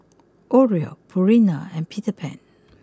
Oreo Purina and Peter Pan